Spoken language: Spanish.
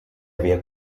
había